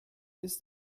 ist